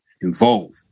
involved